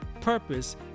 purpose